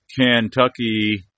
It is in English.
Kentucky